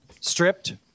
Stripped